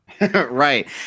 Right